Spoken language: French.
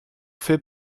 fait